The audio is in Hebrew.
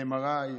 ל-MRI,